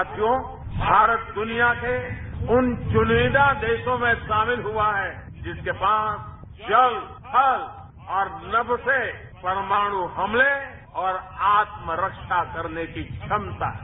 साथियों भारत दुनिया के उन चुनिंदा देशों में शामिल हुआ है जिसके पास जल थल और नभ से परमाणु हमले और आत्मरक्षा करने की क्षमता है